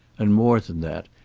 and, more than that,